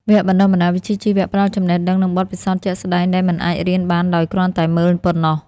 វគ្គបណ្តុះបណ្តាលវិជ្ជាជីវៈផ្តល់ចំណេះដឹងនិងបទពិសោធន៍ជាក់ស្តែងដែលមិនអាចរៀនបានដោយគ្រាន់តែមើលប៉ុណ្ណោះ។